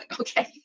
Okay